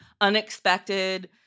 unexpected